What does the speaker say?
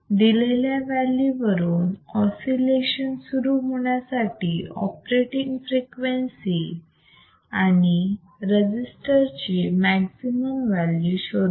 दिलेल्या व्हॅल्यू वरून ऑसिलेशन सुरू होण्यासाठी ऑपरेटिंग फ्रिक्वेन्सी आणि रजिस्टर ची मॅक्सिमम व्हॅल्यू शोधा